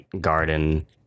garden